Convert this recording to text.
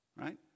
Right